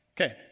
Okay